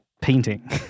painting